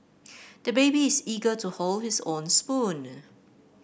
the baby is eager to hold his own spoon